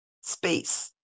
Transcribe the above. space